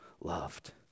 loved